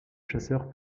chasseur